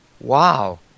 wow